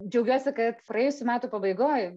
džiaugiuosi kad praėjusių metų pabaigoj